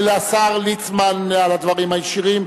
ולשר ליצמן על הדברים הישירים.